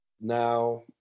now